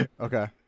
Okay